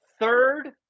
third